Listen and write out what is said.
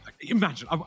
Imagine